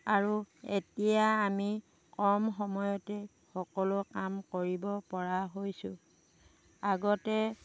আৰু এতিয়া আমি কম সময়তেই সকলো কাম কৰিব পৰা হৈছোঁ আগতে